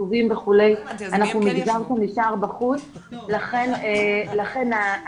מחירים וכו' אנחנו נשארנו בחוץ לכן העז